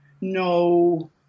no